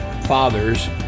fathers